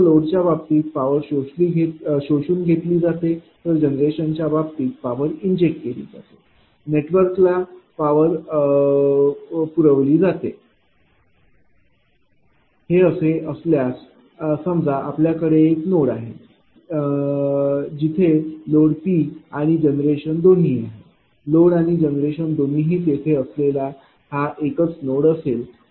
फक्त लोडच्या बाबतीत पॉवर शोषून घेतली जाते तर जनरेशन च्या बाबतीत पॉवर इंजेक्ट केली जाते नेटवर्कला पॉवर पुरविली जाते हे असे असल्यास समजा आपल्याकडे एक नोड आहे जेथे लोड P आणि जनरेशन दोन्हीही आहेत लोड आणि जनरेशन दोन्हीही तेथे असलेला एकच नोड असेल तर